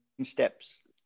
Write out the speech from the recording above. steps